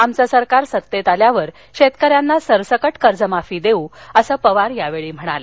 आमचं सरकार सत्तेवर आल्यावर शेतकऱ्यांना सरसकट कर्जमाफी देऊ असं पवार यावेळी म्हणाले